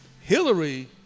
hillary